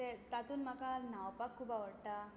तातूंत म्हाका न्हावपाक खूब आवडटा